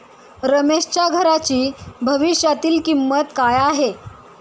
रमेशच्या घराची भविष्यातील किंमत काय आहे?